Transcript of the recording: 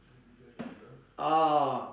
ah